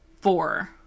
four